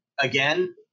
again